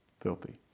filthy